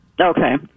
Okay